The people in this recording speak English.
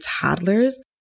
toddlers